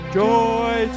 joy